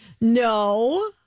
No